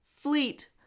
fleet